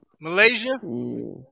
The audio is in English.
Malaysia